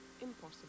impossible